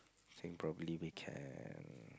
think probably we can